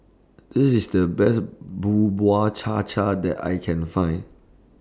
This IS The Best Cha Cha that I Can Find